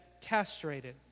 castrated